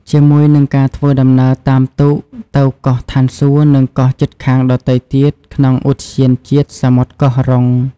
ជាមួយនិងការធ្វើដំណើរតាមទូកទៅកោះឋានសួគ៌ និងកោះជិតខាងដទៃទៀតក្នុងឧទ្យានជាតិសមុទ្រកោះរ៉ុង។